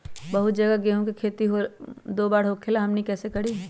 बहुत जगह गेंहू के खेती दो बार होखेला हमनी कैसे करी?